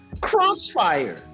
Crossfire